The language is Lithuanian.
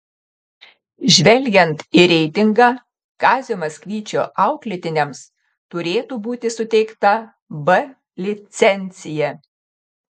žvelgiant į reitingą kazio maksvyčio auklėtiniams turėtų būti suteikta b licencija